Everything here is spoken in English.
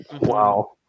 wow